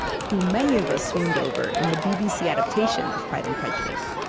who many of us swooned over in the bbc adaptation of pride and prejudice